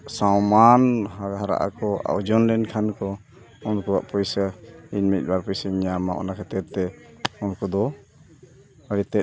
ᱥᱚᱢᱟᱱ ᱦᱟᱨᱟᱜ ᱟᱠᱚ ᱳᱡᱚᱱ ᱞᱮᱱᱠᱷᱟᱱ ᱠᱚ ᱩᱱᱠᱩᱣᱟᱜ ᱯᱩᱭᱥᱟᱹ ᱤᱧ ᱢᱤᱫ ᱵᱟᱨ ᱯᱩᱭᱥᱟᱹᱧ ᱧᱟᱢᱟ ᱚᱱᱟ ᱠᱷᱟᱹᱛᱤᱨᱛᱮ ᱩᱱᱠᱩ ᱫᱚ ᱟᱹᱰᱤ ᱛᱮᱫ